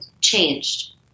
changed